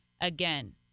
again